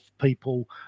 people